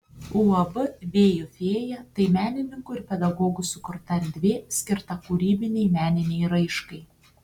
uab vėjų fėja tai menininkų ir pedagogų sukurta erdvė skirta kūrybinei meninei raiškai